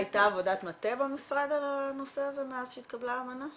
הייתה עבודת מטה במשרד על הנושא הזה מאז שהתקבלה האמנה?